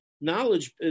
knowledge